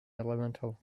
elemental